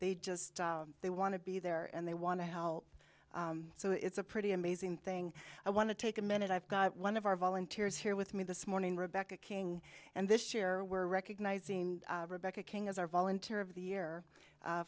they just they want to be there and they want to help so it's a pretty amazing thing i want to take a minute i've got one of our volunteers here with me this morning rebecca king and this year we're recognizing rebecca king as our volunteer of the year